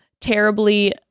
terribly